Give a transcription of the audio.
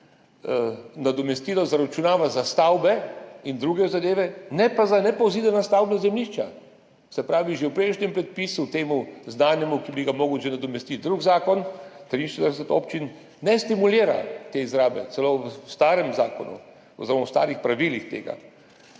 nadomestilo zaračunava za stavbe in druge zadeve, ne pa za nepozidana stavbna zemljišča. Se pravi, že v prejšnjem predpisu, tistem znanem, ki bi ga moral nadomestiti že drug zakon, 43 občin ne stimulira te izrabe, celo po starem zakonu oziroma po starih pravilih.